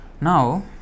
Now